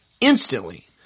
instantly